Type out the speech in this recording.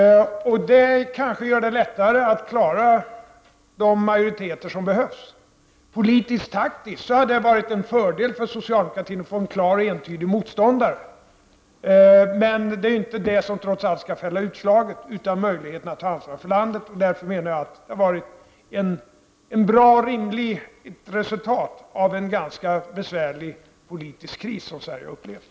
Det kanske gör det lättare att klara de majoriteter som behövs. Politiskt taktiskt hade det varit en fördel för socialdemokratin att få en klar och entydig motståndare. Men det är trots allt inte det som skall fälla utslaget, utan möjligheterna att ta ansvar för landet. Därför menar jag att det har blivit ett bra och rimligt resultat av en ganska besvärlig politisk kris som Sverige har upplevt.